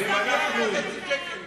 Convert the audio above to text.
החסכנות הזאת, כמה היא עולה לנו?